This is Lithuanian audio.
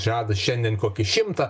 žada šiandien kokį šimtą